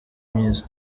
myiza